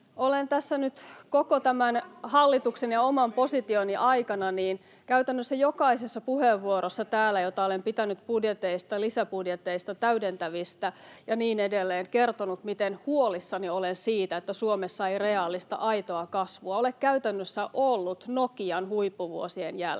Olen tässä nyt koko tämän hallituksen ja oman positioni ajan käytännössä jokaisessa puheenvuorossa täällä, jonka olen pitänyt budjeteista, lisäbudjeteista, täydentävistä ja niin edelleen, kertonut, miten huolissani olen siitä, että Suomessa ei reaalista, aitoa kasvua ole käytännössä ollut Nokian huippuvuosien jälkeen.